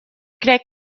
crec